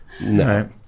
no